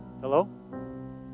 Hello